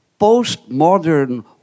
postmodern